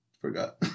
forgot